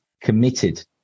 committed